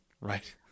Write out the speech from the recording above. Right